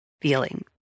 feeling